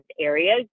areas